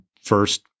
first